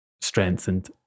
strengthened